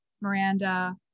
Miranda